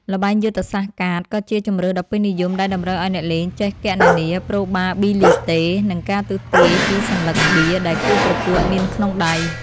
ល្បែងយុទ្ធសាស្ត្រកាតក៏ជាជម្រើសដ៏ពេញនិយមដែលតម្រូវឱ្យអ្នកលេងចេះគណនាប្រូបាប៊ីលីតេនិងការទស្សន៍ទាយពីសន្លឹកបៀដែលគូប្រកួតមានក្នុងដៃ។